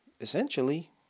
essentially